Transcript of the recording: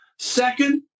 Second